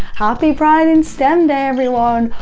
happy pride in stem day everyone!